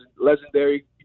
legendary